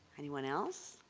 anyone else?